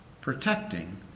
protecting